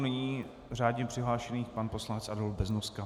Nyní řádně přihlášený pan poslanec Adolf Beznoska.